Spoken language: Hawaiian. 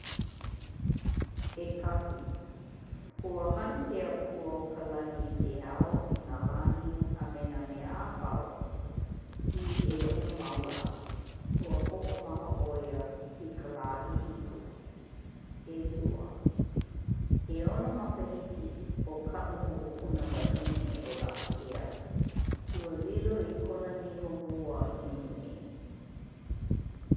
'Ekahi, ua hana ke Akua o ka lani i ke ao, nā lani a me nā mea apau i 'eono mau lā. Ua ho'omaha 'O ia i ka lā 'ehiku. 'Elua, 'eono makahiki o ka'u mo'opunawahine 'o La'akeo. Ua lilo i kona niho mua i nehinei.